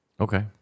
Okay